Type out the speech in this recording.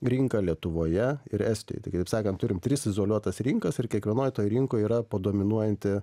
rinką lietuvoje ir estijoj tai kitaip sakant turim tris izoliuotas rinkas ir kiekvienoj toj rinkoj yra po dominuojantį